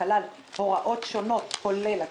שכלל הוראות שונות כולל התקציב,